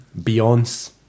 Beyonce